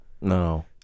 No